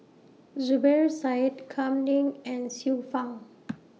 Zubir Said Kam Ning and Xiu Fang